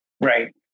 right